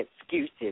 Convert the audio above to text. excuses